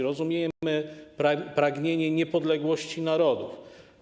Rozumiemy pragnienie niepodległości narodów.